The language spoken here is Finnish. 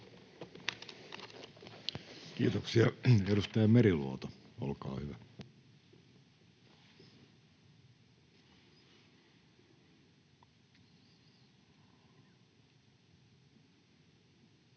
Kiitoksia. — Edustaja Meriluoto, olkaa hyvä.